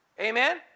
Amen